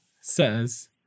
says